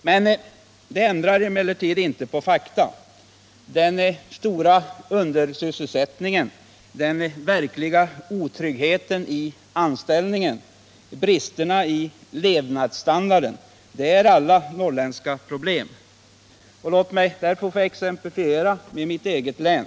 Detta ändrar emellertid inte på fakta: den stora undersysselsättningen, den verkliga otryggheten i anställningen, bristerna i levnadsstandarden — de är alla norrländska problem. Låt mig få exemplifiera med mitt eget län.